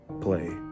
play